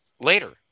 later